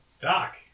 Doc